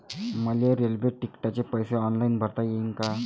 मले रेल्वे तिकिटाचे पैसे ऑनलाईन भरता येईन का?